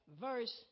verse